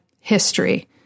history